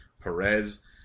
Perez